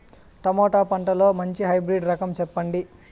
Tomato పంటలో మంచి hybrid రకం చెప్పండి?